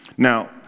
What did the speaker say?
Now